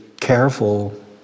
careful